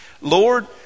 Lord